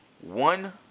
one